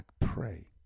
pray